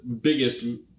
biggest